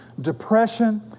depression